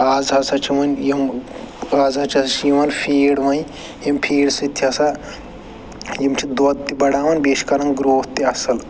آز ہسا چھِ وۄنۍ یِم آز چھِ یِوان فیٖڈ وۄنۍ اَمہِ فیٖڈ سۭتۍ تہِ ہسا یِم چھِ دۄد تہِ بڑاوان بیٚیہِ چھِ کَران گرٛوتھ تہِ اَصٕل